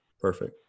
Perfect